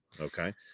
okay